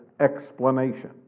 explanation